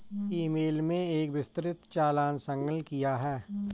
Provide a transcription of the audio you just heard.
ई mail में एक विस्तृत चालान संलग्न किया है